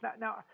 now